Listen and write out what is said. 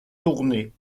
tournés